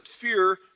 fear